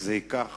זה ייקח